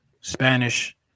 Spanish